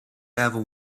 ever